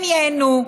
הם ייהנו,